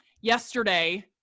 Yesterday